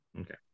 Okay